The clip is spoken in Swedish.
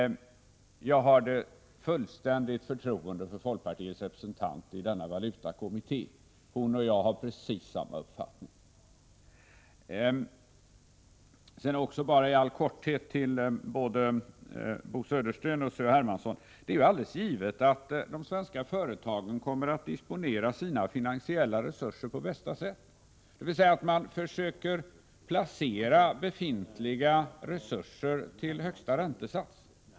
Jag har fullt förtroende för folkpartiets representant i kommittén. Hon och jag har precis samma uppfattning. Tall korthet vill jag säga till Bo Södersten och C.-H. Hermansson att det är alldeles givet att de svenska företagen kommer att disponera sina finansiella resurser på bästa sätt, dvs. man försöker placera befintliga resurser till högsta räntesats.